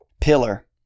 pillar